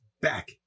back